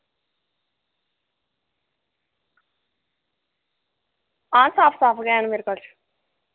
हां साफ साफ गै न मेरे कच्छ